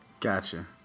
Gotcha